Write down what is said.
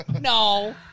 No